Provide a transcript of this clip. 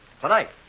tonight